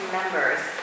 members